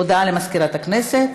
הודעה למזכירת הכנסת.